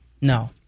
No